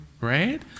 right